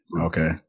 Okay